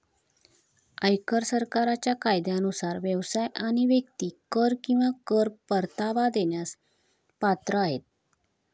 आयकर सरकारच्या कायद्यानुसार व्यवसाय आणि व्यक्ती कर किंवा कर परतावा देण्यास पात्र आहेत